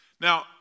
Now